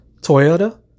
Toyota